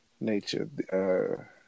nature